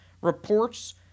reports